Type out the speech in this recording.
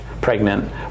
pregnant